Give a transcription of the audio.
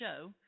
show